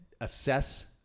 assess